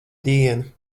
dienu